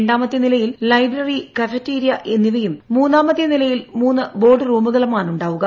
രണ്ടാമത്തെ നിലയിൽ library cafeteria എന്നിവയും മൂന്നാമത്തെ നിലയിൽ മൂന്ന് ബ്രോർഡ് റൂമുകളുമാണുണ്ടാവുക